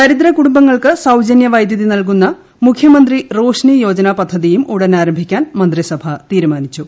ദരിദ്രംകൂടുംബങ്ങൾക്ക് സൌജന്യ വൈദ്യുതി നൽകുന്ന മൂഖൃമന്ത്രി റ്റോഷ്ട്നി ്യോജന പദ്ധതിയും ഉടൻ ആരംഭിക്കാൻ മന്ത്രിസഭ തീരുമാനിച്ചു